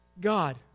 God